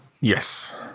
Yes